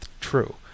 true